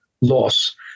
loss